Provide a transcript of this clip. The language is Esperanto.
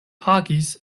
agis